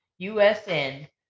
USN